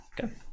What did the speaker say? okay